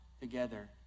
together